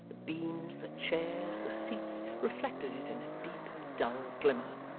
the beams, the chairs, the seats, reflected it in a deep, dull glimmer.